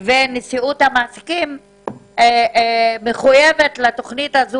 ונשיאות המעסיקים מחויבות לתוכנית הזאת